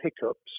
hiccups